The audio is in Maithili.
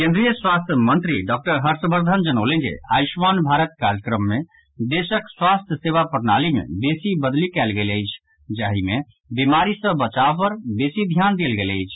केन्द्रीय स्वास्थ्य मंत्री डॉक्टर हर्षवर्द्वन जनौलनि जे आयुष्मान भारत कार्यक्रम मे देशक स्वास्थ्य सेवा प्रणाली मे बेसी बदलि कयल गेल अछि जाहि मे बीमारी सँ बचाव पर बेसी ध्यान देल गेल अछि